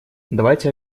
давайте